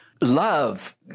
love